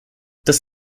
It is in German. das